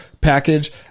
package